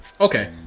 okay